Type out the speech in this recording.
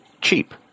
cheap